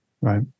right